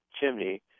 chimney